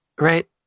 Right